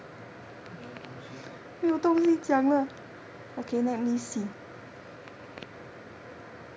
没有东西